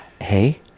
hey